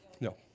No